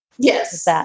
Yes